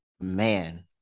man